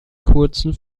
kurzen